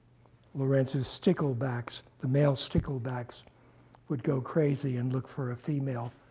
lorenz's sticklebacks, the male sticklebags would go crazy and look for a female.